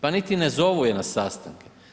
Pa niti ne zovu je na sastanke.